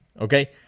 Okay